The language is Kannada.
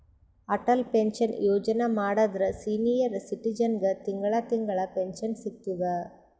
ಅಟಲ್ ಪೆನ್ಶನ್ ಯೋಜನಾ ಮಾಡುದ್ರ ಸೀನಿಯರ್ ಸಿಟಿಜನ್ಗ ತಿಂಗಳಾ ತಿಂಗಳಾ ಪೆನ್ಶನ್ ಸಿಗ್ತುದ್